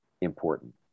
important